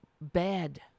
bad